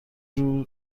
روز